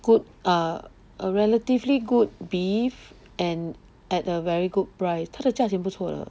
good err a relatively good beef and at a very good price 它的价钱不错的